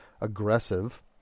aggressive